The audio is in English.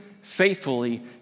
faithfully